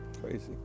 crazy